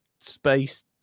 space